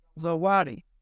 Zawadi